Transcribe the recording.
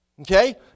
Okay